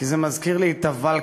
כי זה מזכיר לי את הוולקחש"פ,